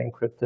encrypted